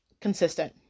consistent